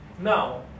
Now